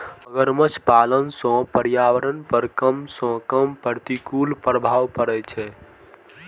मगरमच्छ पालन सं पर्यावरण पर कम सं कम प्रतिकूल प्रभाव पड़ै छै